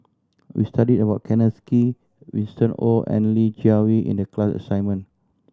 we studied about Kenneth Kee Winston Oh and Li Jiawei in the class assignment